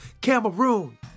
Cameroon